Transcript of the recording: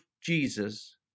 Jesus